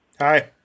Hi